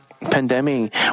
pandemic